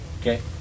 Okay